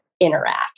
interact